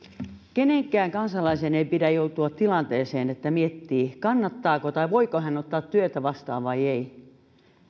kenenkään kansalaisen ei pidä joutua tilanteeseen että miettii kannattaako tai voiko ottaa työtä vastaan vai ei